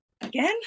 again